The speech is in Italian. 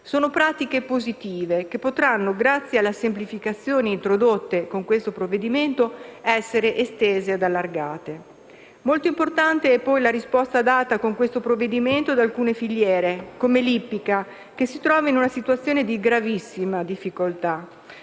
Sono pratiche positive che, grazie alle semplificazioni introdotte con questo provvedimento, potranno essere estese e allargate. Molto importante è la risposta data ad alcune filiere, come l'ippica, che si trova in una situazione di gravissima difficoltà.